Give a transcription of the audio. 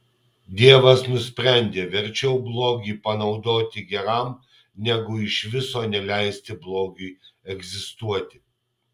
dievas nusprendė verčiau blogį panaudoti geram negu iš viso neleisti blogiui egzistuoti